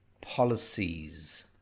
policies